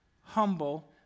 humble